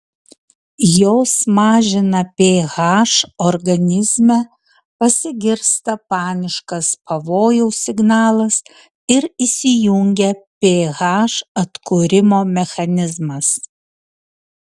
jos mažina ph organizme pasigirsta paniškas pavojaus signalas ir įsijungia ph atkūrimo mechanizmas